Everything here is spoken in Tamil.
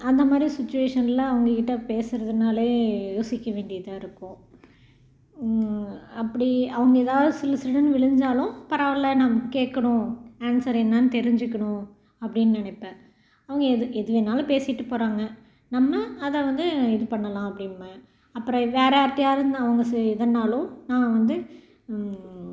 அந்த மாதிரி சுச்சுவேஷனில் அவங்ககிட்ட பேசுவதுனாலே யோசிக்க வேண்டியதாக இருக்கும் அப்படி அவங்க ஏதாவுது சிடுசிடுன்னு விழுந்தாலும் பரவாயில்லை நாங்கள் கேட்கணும் ஆன்சர் என்னான்னு தெரிஞ்சுக்கணும் அப்படின்னு நினைப்பேன் அவங்க எது எது வேணாலும் பேசிவிட்டு போகிறாங்க நம்ம அதை வந்து இது பண்ணலாம் அப்படிம்பேன் அப்புறம் வேறு யார்கிட்டையாவது அவங்க சே எதுன்னாலும் நான் வந்து